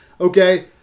okay